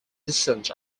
descent